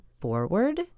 forward